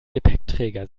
gepäckträger